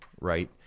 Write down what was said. right